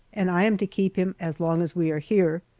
and i am to keep him as long as we are here.